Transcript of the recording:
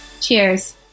Cheers